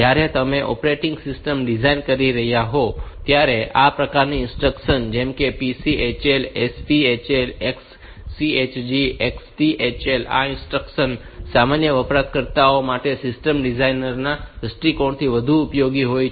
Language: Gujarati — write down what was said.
જ્યારે તમે ઓપરેટિંગ સિસ્ટમ ડિઝાઇન કરી રહ્યા હોવ ત્યારે આ પ્રકારની ઇન્સ્ટ્રક્શન્સ જેમ કે PCHL SPHL XCHG અને XTHL આ ઇન્સ્ટ્રક્શન્સ સામાન્ય વપરાશકર્તાઓ માટે સિસ્ટમ ડિઝાઇનર્સ ના દૃષ્ટિકોણથી વધુ ઉપયોગી હોય છે